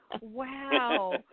wow